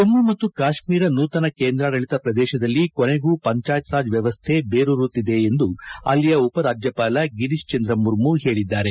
ಜಮ್ಮು ಮತ್ತು ಕಾಶ್ಮೀರ ನೂತನ ಕೇಂದ್ರಾಡಳಿತ ಪ್ರದೇಶದಲ್ಲಿ ಕೊನೆಗೂ ಪಂಚಾಯತ್ರಾಜ್ ವ್ಯವಸ್ಥೆ ಬೇರೂರುತ್ತಿದೆ ಎಂದು ಅಲ್ಲಿಯ ಉಪರಾಜ್ಯಪಾಲ ಗಿರೀಶ್ಚಂದ್ರ ಮುರ್ಮು ಹೇಳಿದ್ದಾರೆ